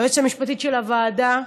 היועצת המשפטית של הוועדה,